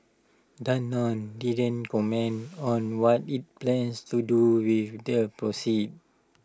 Danone didn't comment on what IT plans to do with their proceeds